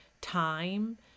time